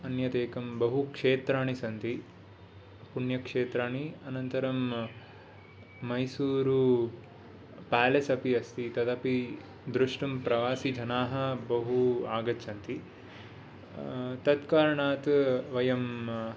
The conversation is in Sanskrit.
अन्यत् एकं बहु क्षेत्राणि सन्ति पुण्यक्षेत्राणि अनन्तरं मैसूरु प्यालेस् अपि अस्ति तदपि द्रष्टुं प्रवासी जनाः बहु आगच्छन्ति तत् कारणात् वयं